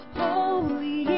holy